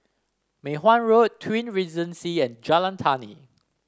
Mei Hwan Road Twin Regency and Jalan Tani